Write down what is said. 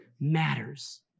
Matters